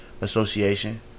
Association